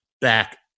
back